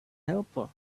helper